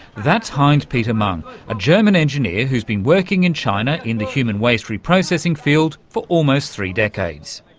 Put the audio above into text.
that's heinz-peter mang a german engineer who's been working in china in the human waste reprocessing field for almost three decades.